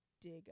dig